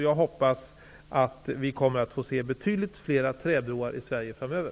Jag hoppas att vi kommer att få se betydligt flera träbroar i Sverige framöver.